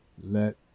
Let